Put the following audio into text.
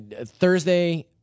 Thursday